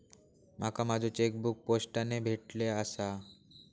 माका माझो चेकबुक पोस्टाने भेटले आसा